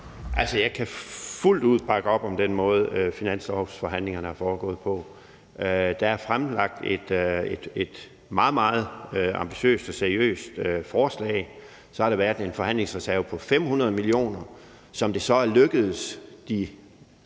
Jeg kan fuldt ud bakke op om den måde, finanslovsforhandlingerne er foregået på. Der er blevet fremsat et forslag, der er meget, meget ambitiøst og seriøst, og der har så været en forhandlingsreserve på 500 mio. kr., som det er lykkedes de